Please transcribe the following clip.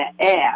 air